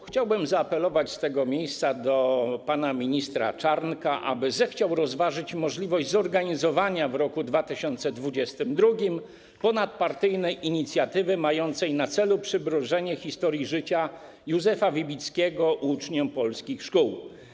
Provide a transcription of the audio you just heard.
Chciałbym zaapelować z tego miejsca do pana ministra Czarnka, aby zechciał rozważyć możliwość zorganizowania w roku 2022 ponadpartyjnej inicjatywy mającej na celu przybliżenie historii życia Józefa Wybickiego uczniom polskich szkół.